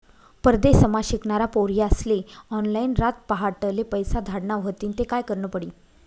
परदेसमा शिकनारा पोर्यास्ले ऑनलाईन रातपहाटले पैसा धाडना व्हतीन ते काय करनं पडी